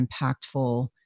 impactful